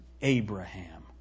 Abraham